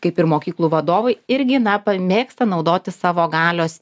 kaip ir mokyklų vadovai irgi na mėgsta naudotis savo galios